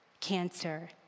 cancer